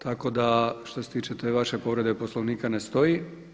Tako da što se tiče ta vaša povreda Poslovnika ne stoji.